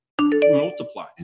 multiply